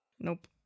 Nope